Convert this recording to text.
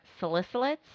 salicylates